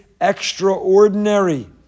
extraordinary